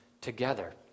together